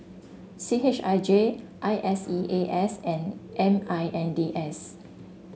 C H I J I S E A S and M I N D S